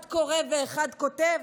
אחד קורא ואחד כותב?